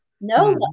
No